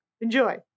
Enjoy